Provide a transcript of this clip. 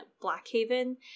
Blackhaven